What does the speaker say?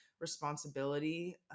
responsibility